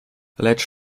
lecz